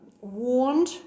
warned